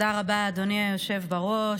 תודה רבה, אדוני היושב בראש.